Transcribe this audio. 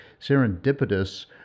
serendipitous